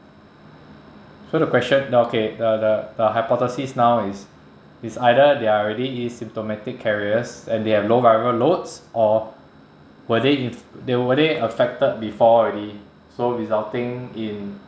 so the question okay the the the hypothesis now is it's either they are already asymptomatic carriers and they have low viral loads or were they inf~ they were they affected before already so resulting in